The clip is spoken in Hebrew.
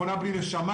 מכונה בלי נשמה,